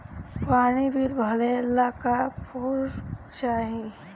पानी बिल भरे ला का पुर्फ चाई?